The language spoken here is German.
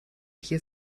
hier